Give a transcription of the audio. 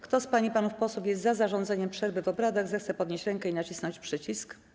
Kto z pań i panów posłów jest za zarządzeniem przerwy w obradach, zechce podnieść rękę i nacisnąć przycisk.